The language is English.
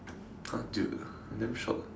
!huh! dude I'm damn short